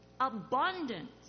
abundance